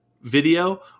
video